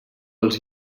els